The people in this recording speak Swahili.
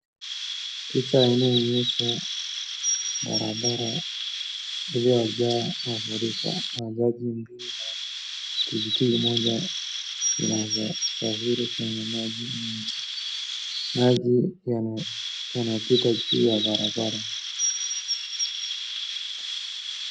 Picha inaonyesha barabara iliyojaa mafuriko ya maji ya mvua . Pikipiki moja inasafiri kwenye maji hii , maji yanapita juu ya barabara.